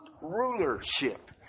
rulership